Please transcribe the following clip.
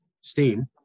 steam